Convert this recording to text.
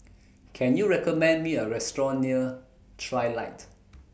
Can YOU recommend Me A Restaurant near Trilight